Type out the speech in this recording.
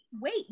Wait